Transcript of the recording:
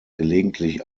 gelegentlich